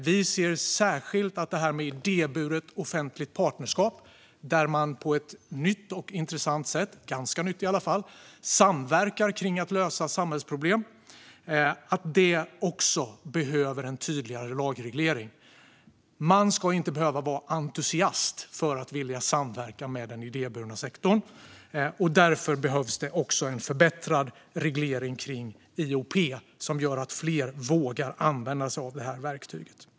Vi ser särskilt att detta med idéburet offentligt partnerskap, där man på ett nytt - eller i alla fall ganska nytt - och intressant sätt samverkar kring att lösa samhällsproblem, behöver en tydligare lagreglering. Man ska inte behöva vara entusiast för att vilja samverka med den idéburna sektorn. Därför behövs det en förbättrad reglering kring IOP som gör att fler vågar använda sig av det här verktyget.